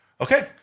Okay